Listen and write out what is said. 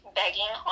begging